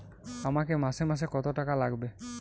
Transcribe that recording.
আমাকে মাসে মাসে কত টাকা লাগবে?